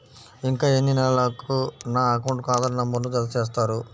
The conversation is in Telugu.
ఇంకా ఎన్ని నెలలక నా అకౌంట్కు ఆధార్ నంబర్ను జత చేస్తారు?